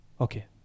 okay